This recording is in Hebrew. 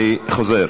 אני חוזר.